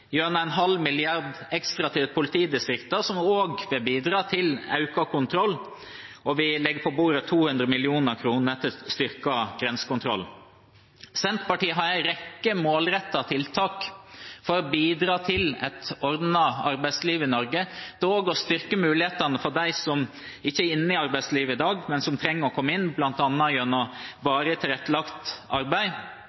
gjennom en halv milliard kr ekstra til politidistriktene, som også vil bidra til økt kontroll. Og vi legger på bordet 200 mill. kr til styrket grensekontroll. Senterpartiet har en rekke målrettede tiltak for å bidra til et ordnet arbeidsliv i Norge, da også å styrke mulighetene for dem som ikke er inne i arbeidslivet i dag, men som trenger å komme inn bl.a. gjennom